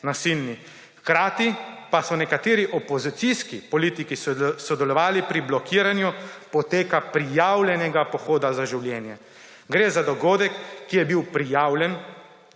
nasilni. Hkrati pa so nekateri opozicijski politiki sodelovali pri blokiranju poteka prijavljenega Pohoda za življenje. Gre za dogodek, ki je bil prijavljen